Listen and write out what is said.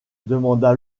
demanda